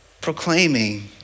proclaiming